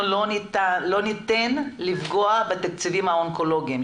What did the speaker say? אנחנו לא ניתן לפגוע בתקציבים האונקולוגיים.